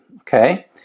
okay